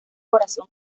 corazón